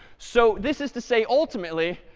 so this is to say ultimately,